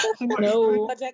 No